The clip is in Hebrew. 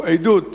הוא עדות